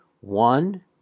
one